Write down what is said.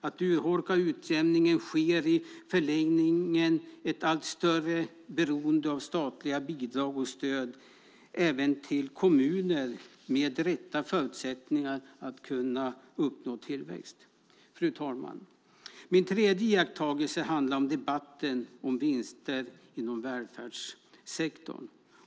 Att urholka utjämningen innebär i förlängningen ett allt större beroende av statliga bidrag och stöd även i kommuner med de rätta förutsättningarna att uppnå tillväxt. Fru talman! Min tredje iakttagelse handlar om debatten om vinster inom välfärdssektorn.